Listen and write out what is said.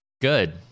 Good